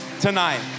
tonight